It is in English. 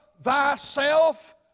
thyself